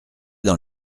dans